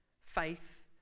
faith